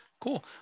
Cool